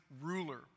ruler